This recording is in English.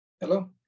Hello